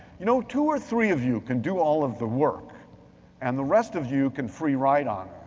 you know, two or three of you can do all of the work and the rest of you can free ride on